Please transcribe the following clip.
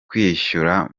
kwishyura